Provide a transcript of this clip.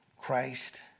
Christ